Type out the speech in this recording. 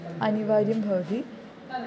अनिवार्यं भवति